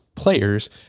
players